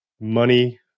money